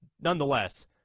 Nonetheless